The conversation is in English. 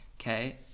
okay